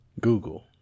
google